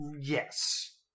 Yes